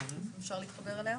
אני אתחבר לדבריו